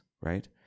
right